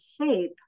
shape